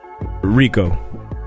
Rico